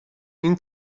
این